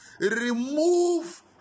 Remove